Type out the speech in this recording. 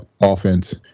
offense